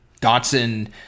Dotson